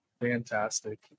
Fantastic